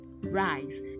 rise